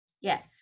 yes